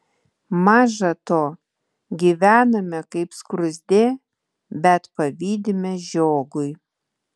maža to gyvename kaip skruzdė bet pavydime žiogui